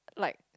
like